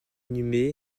inhumées